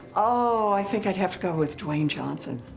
oh, i think i'd have to go with dwayne johnson.